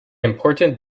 important